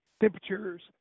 temperatures